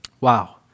Wow